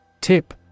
Tip